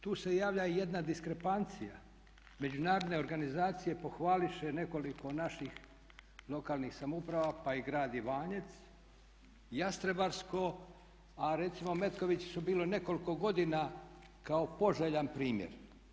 Tu se javlja jedna diskrepancija, međunarodne organizacije pohvališe nekoliko naših lokalnih samouprava pa i grad Ivanec, Jastrebarsko, a recimo Metković je bilo nekoliko godina kao poželjan primjer.